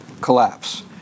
collapse